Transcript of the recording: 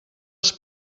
els